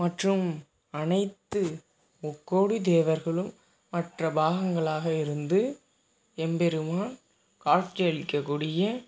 மற்றும் அனைத்து முக்கோடி தேவர்களும் மற்ற பாகங்களாக இருந்து எம்பெருமான் காட்சி அளிக்கக்கூடிய